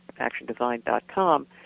actiondesign.com